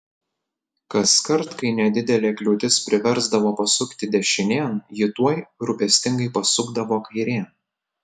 kaskart kai nedidelė kliūtis priversdavo pasukti dešinėn ji tuoj rūpestingai pasukdavo kairėn